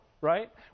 right